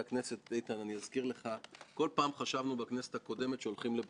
זה התחיל לדעתי עוד בינואר 2018. בכל חודש היה משהו.